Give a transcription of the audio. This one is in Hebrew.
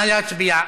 נא להצביע.